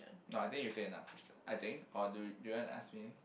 no I think you take another question I think or do you do you want to ask me